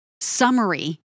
summary